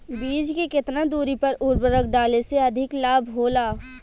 बीज के केतना दूरी पर उर्वरक डाले से अधिक लाभ होला?